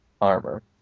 armor